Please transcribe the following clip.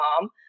mom